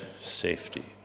safety